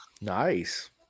Nice